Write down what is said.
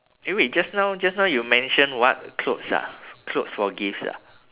eh wait just now just now you mention what clothes ah clothes for gifts ah